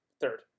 third